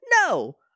no